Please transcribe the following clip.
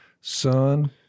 Son